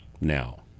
Now